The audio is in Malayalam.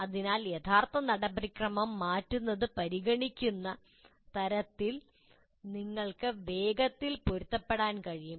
അതിനാൽ യഥാർത്ഥ നടപടിക്രമം മാറ്റുന്നത് പരിഗണിക്കുന്ന തരത്തിൽ നിങ്ങൾക്ക് വേഗത്തിൽ പൊരുത്തപ്പെടാൻ കഴിയും